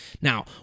Now